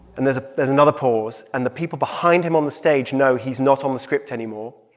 and there's there's another pause, and the people behind him on the stage know he's not on the script anymore.